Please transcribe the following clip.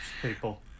people